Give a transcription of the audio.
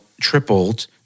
tripled